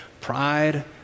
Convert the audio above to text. Pride